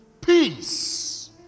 peace